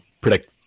predict